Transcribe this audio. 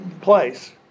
place